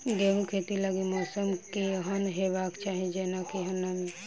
गेंहूँ खेती लागि मौसम केहन हेबाक चाहि जेना केहन नमी?